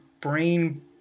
brain